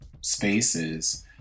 spaces